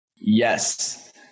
Yes